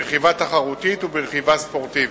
ברכיבה תחרותית וברכיבה ספורטיבית.